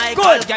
good